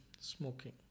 smoking